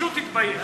פשוט תתבייש.